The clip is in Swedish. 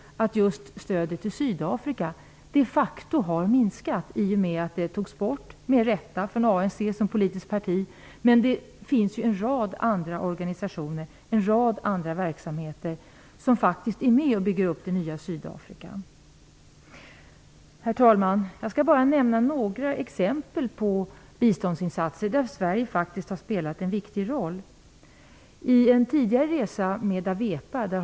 Och just stödet till Sydafrika har de facto minskat, i och med att stödet till ANC som politiskt parti med rätta togs bort. Men det finns ju en rad andra organisationer och verksamheter som faktiskt är med och bygger upp det nya Sydafrika. Herr talman! Jag skall bara nämna några exempel på biståndsinsatser där Sverige faktiskt har spelat en viktig roll.